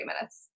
minutes